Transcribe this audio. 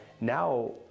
Now